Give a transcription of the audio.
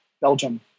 Belgium